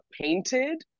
painted